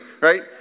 Right